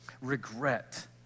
Regret